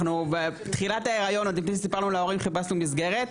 אנחנו בתחילת ההיריון עוד לפני שסיפרנו להורים חיפשנו מסגרת,